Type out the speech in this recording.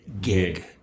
gig